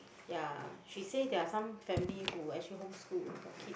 ya she say there are some family who actually home school their kids